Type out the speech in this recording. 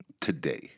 today